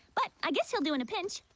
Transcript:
but i guess he'll do in a pinch